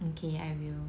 okay I will